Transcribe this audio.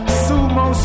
sumo